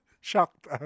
shocked